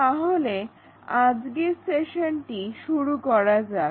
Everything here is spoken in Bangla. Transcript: তাহলে আজকের সেশনটি শুরু করা যাক